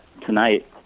tonight